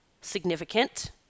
significant